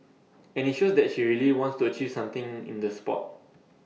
and IT shows that she really wants to achieve something in the Sport